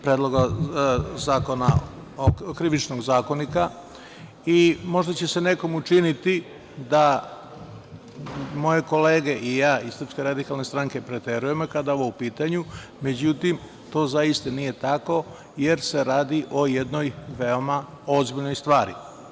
Predloga Krivičnog zakonika, i možda će se nekom učiniti da moje kolege i ja iz SRS preterujemo kada je ovo u pitanju, međutim, to zaista nije tako, jer se radi o jednoj veoma ozbiljnoj stvari.